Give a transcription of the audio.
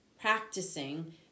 practicing